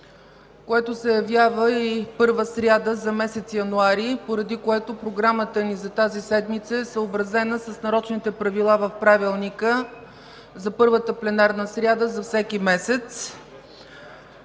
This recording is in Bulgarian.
който се явява и първа сряда за месец януари, поради което програмата ни за тази седмица е съобразена с нарочните правила в Правилника за първата пленарна сряда за всеки месец.